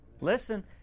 listen